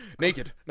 Naked